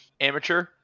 amateur